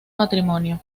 matrimonio